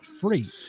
free